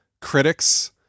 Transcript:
critics